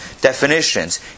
definitions